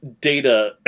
Data